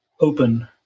open